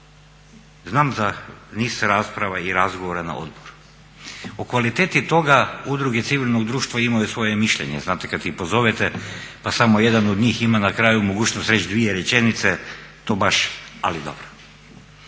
znam za niz rasprava i razgovora na odboru. O kvaliteti toga udruge civilnog društva imaju svoje mišljenje, znate kad ih pozovete pa samo jedan od njih ima na kraju mogućnost reći dvije rečenice, to baš ali dobro.